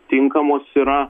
tinkamos yra